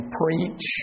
preach